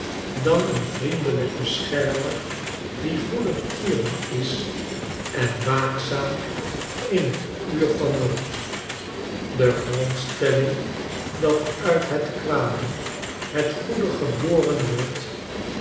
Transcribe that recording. dan leen vriendelijk beschermer die goedertieren is sen waakzaam in het uur van nood de grondstelling dat uit het kwade het goede geboren wordt